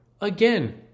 Again